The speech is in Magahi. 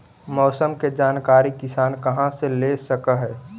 मौसम के जानकारी किसान कहा से ले सकै है?